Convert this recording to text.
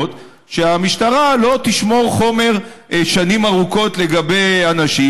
שהמשטרה לא תשמור חומר שנים ארוכות לגבי אנשים.